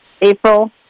April